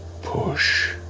push.